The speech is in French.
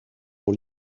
dans